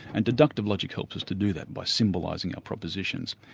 and deductive logic helps us to do that by symbolising our propositions.